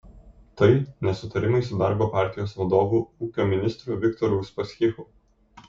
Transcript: tai nesutarimai su darbo partijos vadovu ūkio ministru viktoru uspaskichu